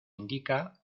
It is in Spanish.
indica